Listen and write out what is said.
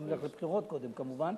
אם לא נלך לבחירות קודם כמובן.